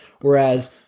whereas